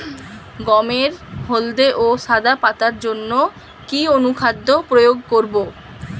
গমের হলদে ও সাদা পাতার জন্য কি অনুখাদ্য প্রয়োগ করব?